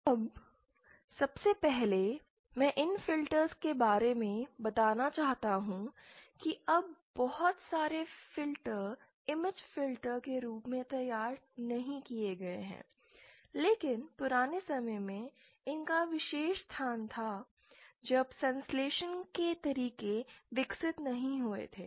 अब सबसे पहले मैं इन फिल्टर्स के बारे में बताना चाहता हूं कि अब बहुत सारे फिल्टर इमेज फिल्टर के रूप में तैयार नहीं किए गए हैं लेकिन पुराने समय में इनका विशेष स्थान था जब संश्लेषण के तरीके विकसित नहीं हुए थे